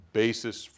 basis